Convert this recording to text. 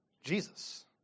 Jesus